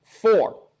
four